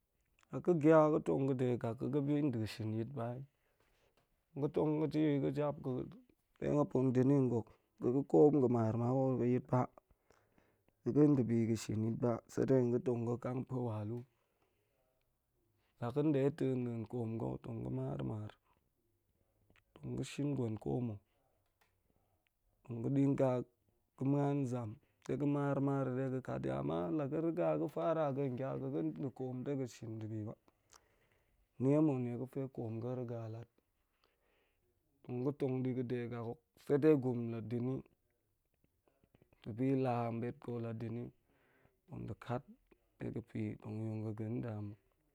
La ga̱ gya ga̱ tong ga̱ de gak, ga̱ ga̱ biga̱nshin yit ba ai nga̱ tong ga̱ jiyi ga̱ jap ga̱ ga̱ bi pe muop tong da̱ni nga̱, ga̱ ga̱ koom ga̱ mar mar hok yit ba gɓ ga̱ bi ga̱n shin yit ba. ɗe tong ga̱ kang pue walu, la ga̱n nde ta̱ nda̱n koom ga̱, tong ga̱ mar mar, nga shin gwen ko mma nga̱ dinga ga̱ muan nzam ɗe ga̱ mar mar yi amma la ga̱ riga ga̱ fara ga̱n ngya ga ga̱n nda̱ koom denshin nɗa̱bi yit ba ai ga̱ ga̱n nda̱ koom denshin ndibi yit ba. Nsa̱ tong di ga̱de gak, se dei gurum la da̱nni ga̱bi laa nbetga̱ la da̱nni tong ga̱ kat r nie ga̱pe ga̱ bani nde